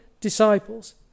disciples